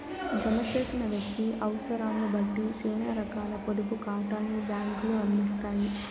జమ చేసిన వ్యక్తి అవుసరాన్నిబట్టి సేనా రకాల పొదుపు కాతాల్ని బ్యాంకులు అందిత్తాయి